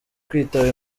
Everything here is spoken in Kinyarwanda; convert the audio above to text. kwitaba